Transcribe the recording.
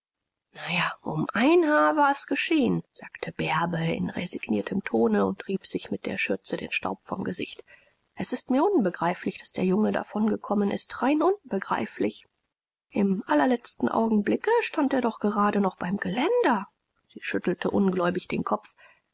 ja um ein haar war's geschehen sagte bärbe in resigniertem tone und rieb sich mit der schürze den staub vom gesicht es ist mir unbegreiflich daß der junge davongekommen ist rein unbegreiflich im allerletzten augenblicke stand er doch gerade noch beim geländer sie schüttelte ungläubig den kopf